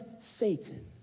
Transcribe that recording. Satan